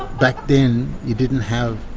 back then, you didn't have.